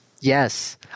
Yes